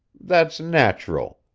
that's natural.